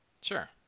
Sure